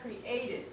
created